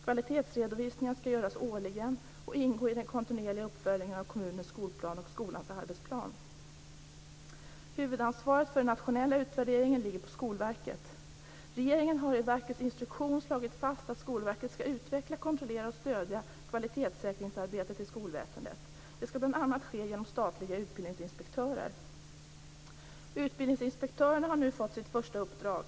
Kvalitetsredovisningarna skall göras årligen och ingå i den kontinuerliga uppföljningen av kommunens skolplan och skolans arbetsplan. Huvudansvaret för den nationella utvärderingen ligger på Skolverket. Regeringen har i verkets instruktion slagit fast att Skolverket skall utveckla, kontrollera och stödja kvalitetssäkringsarbetet i skolväsendet. Det skall bl.a. ske genom statliga utbildningsinspektörer. Utbildningsinspektörerna har nu fått sitt första uppdrag.